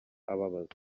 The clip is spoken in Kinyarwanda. ababazwa